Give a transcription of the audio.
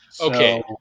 Okay